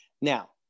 now